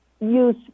use